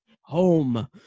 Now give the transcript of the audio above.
home